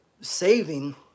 saving